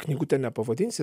knygute nepavadinsi